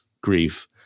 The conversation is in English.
grief